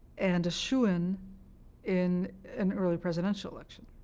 and a shoo-in in an early presidential election.